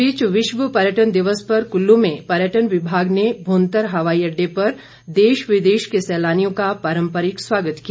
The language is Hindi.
इस बीच विश्व पर्यटन दिवस पर कुल्लू में पर्यटन विभाग ने भुंतर हवाई अड़डे पर देश विदेश के सैलानियों का पारंपरिक स्वागत किया